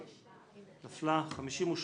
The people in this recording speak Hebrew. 6 נמנעים,